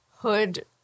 hood